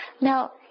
Now